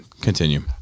continue